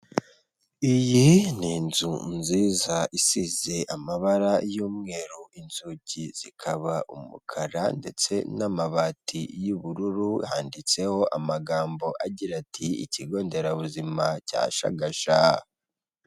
Iyi n'inzu nziza isize amabara y'umweru, inzugi zikaba umukara ndetse n'amabati y'ubururu yanditseho amagambo agira ati ikigo nderabuzima cyashagasha.